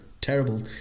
terrible